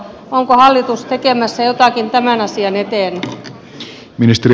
onko hallitus tekemässä jotakin tämän asian eteen